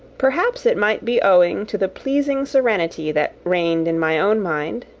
perhaps it might be owing to the pleasing serenity that reigned in my own mind,